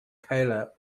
kayla